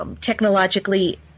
technologically